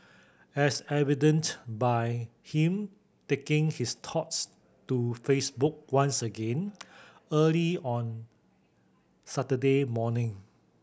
as evident by him taking his thoughts to Facebook once again early on Saturday morning